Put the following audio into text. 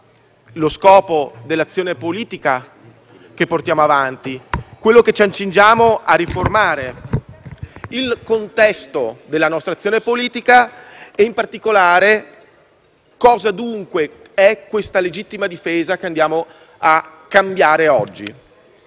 lo scopo dell'azione politica che portiamo avanti, cioè quello che ci accingiamo a riformare, il contesto della nostra azione politica e, in particolare, cosa è la legittima difesa che ci accingiamo a cambiare. Oggi